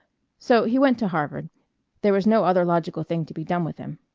so he went to harvard there was no other logical thing to be done with him.